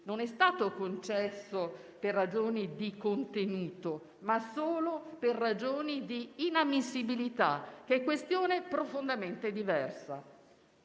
non è stato concesso per ragioni di contenuto, ma solo per ragioni di inammissibilità, che è questione profondamente diversa.